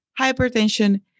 hypertension